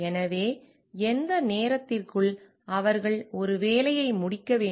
எனவே எந்த நேரத்திற்குள் அவர்கள் ஒரு வேலையை முடிக்க வேண்டும்